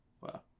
Wow